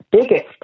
biggest